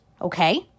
okay